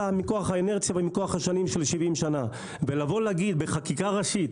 מכוח האינרציה ומכוח השנים של 70 שנה ולבוא להגיד בחקיקה ראשית,